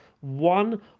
one